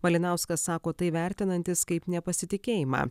malinauskas sako tai vertinantis kaip nepasitikėjimą